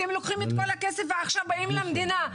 אתם לוקחים את כל הכסף ועכשיו באים למדינה'.